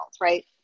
right